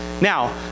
Now